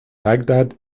baghdad